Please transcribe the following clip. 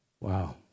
Wow